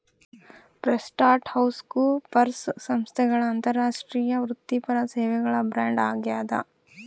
PricewaterhouseCoopers ಸಂಸ್ಥೆಗಳ ಅಂತಾರಾಷ್ಟ್ರೀಯ ವೃತ್ತಿಪರ ಸೇವೆಗಳ ಬ್ರ್ಯಾಂಡ್ ಆಗ್ಯಾದ